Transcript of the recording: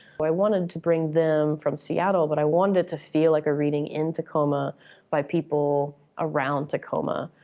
but i wanted to bring them from seattle, but i wanted to feel like reading in tacoma by people around tacoma.